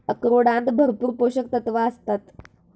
अक्रोडांत भरपूर पोशक तत्वा आसतत